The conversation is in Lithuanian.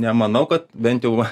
nemanau kad bent jau